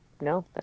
No